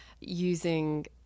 using